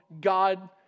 God